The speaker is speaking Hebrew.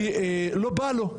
כי לא בא לו?